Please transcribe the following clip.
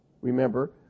remember